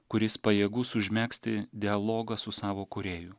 kuris pajėgus užmegzti dialogą su savo kūrėju